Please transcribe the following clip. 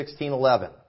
1611